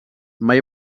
mai